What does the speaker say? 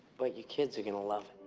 but your kids are going to love